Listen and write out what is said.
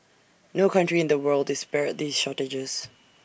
no country in the world is spared these shortages